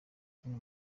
ikina